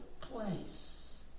place